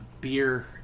beer